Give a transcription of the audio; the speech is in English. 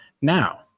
now